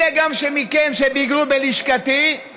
אלה מכם שביקרו בלשכתי גם